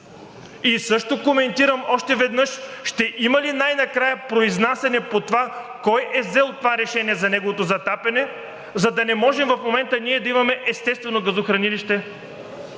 Коментирам още веднъж: ще има ли най-накрая произнасяне по това кой е взел решението за неговото затапяне, за да не може в момента ние да имаме естествено газохранилище?